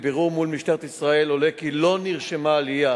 מבירור מול משטרת ישראל עולה כי לא נרשמה עלייה,